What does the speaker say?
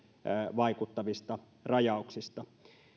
vaikuttavista rajauksista